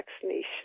vaccination